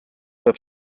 peab